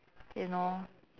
you know